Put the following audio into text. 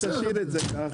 אז תשאיר את זה ככה.